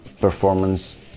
performance